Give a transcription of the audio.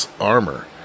armor